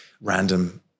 random